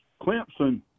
Clemson